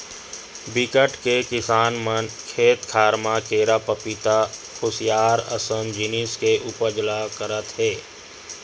बिकट के किसान मन खेत खार म केरा, पपिता, खुसियार असन जिनिस के उपज ल करत हे